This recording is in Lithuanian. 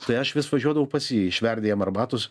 tai aš vis važiuodavau pas jį išverdi jam arbatos